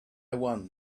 one